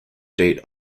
date